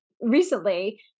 recently